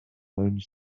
owns